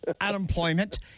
unemployment